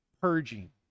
purging